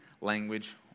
language